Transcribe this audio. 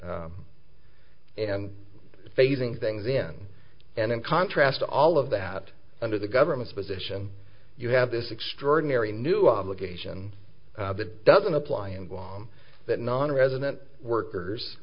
and phasing things in and in contrast all of that under the government's position you have this extraordinary new obligation that doesn't apply in guam that nonresident workers